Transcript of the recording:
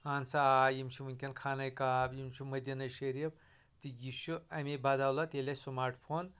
اہن سا آ یِم چھِ وُنکیٚن خانے کاب یِم چھِ مدیٖنہ شریٖف تہٕ یہِ چھُ امے بدولت ییٚلہِ اسہِ سمارٹ فون